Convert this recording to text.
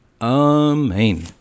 Amen